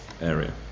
area